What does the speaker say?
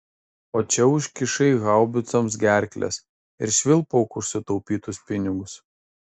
o čia užkišai haubicoms gerkles ir švilpauk už sutaupytus pinigus